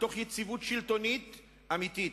מתוך יציבות שלטונית אמיתית,